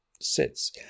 sits